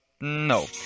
no